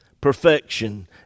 perfection